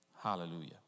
Hallelujah